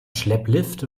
schlepplift